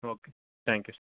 okay thank you sir